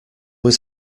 was